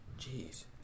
Jeez